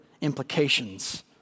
implications